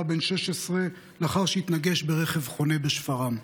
בן 16 לאחר שהתנגש ברכב חונה בשפרעם.